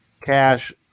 cash